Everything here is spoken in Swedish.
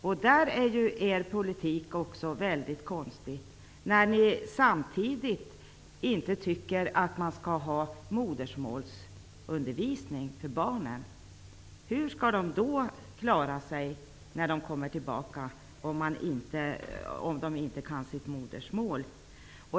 Även på den punkten är er politik mycket underlig. Ny demokrati tycker ju att det inte skall förekomma modersmålsundervisning för dessa barn. Hur skall de då klara sig vid återvändandet till sitt hemland, om de inte kan sitt modersmål?